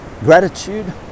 gratitude